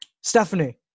Stephanie